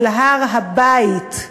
אל הר-הבית,